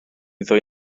ddwy